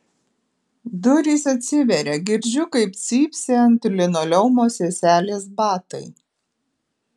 durys atsiveria girdžiu kaip cypsi ant linoleumo seselės batai